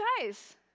guys